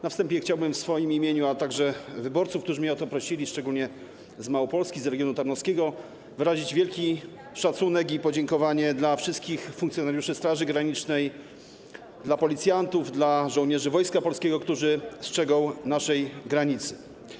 Na wstępie chciałbym w swoim imieniu, a także wyborców, którzy mnie o to prosili - szczególnie z Małopolski, z regionu tarnowskiego - wyrazić wielki szacunek i podziękowanie dla wszystkich funkcjonariuszy Straży Granicznej, dla policjantów, dla żołnierzy Wojska Polskiego, którzy strzegą naszej granicy.